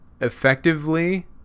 effectively